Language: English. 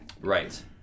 Right